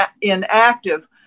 inactive